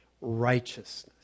righteousness